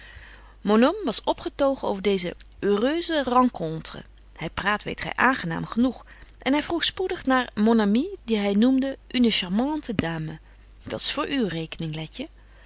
was opgetogen over deeze heureuse rencontre hy praat weet gy aangenaam gebetje wolff en aagje deken historie van mejuffrouw sara burgerhart noeg en hy vroeg spoedig naar mon amie die hy noemde une charmante dame dat's voor uw rekening letje